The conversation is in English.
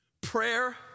Prayer